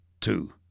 two